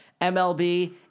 mlb